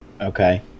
Okay